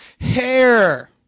hair